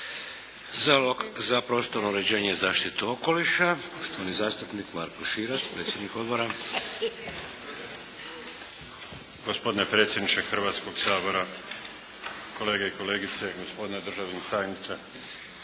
Za prostorno uređenje i zaštitu okoliša, poštovani zastupnik Marko Širac, predsjednik Odbora. **Širac, Marko (HDZ)** Gospodine predsjedniče Hrvatskog sabora, kolege i kolegice, gospodine državni tajniče.